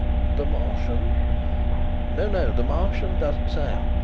the martian no, no the martian doesn't sail.